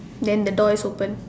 then the door is open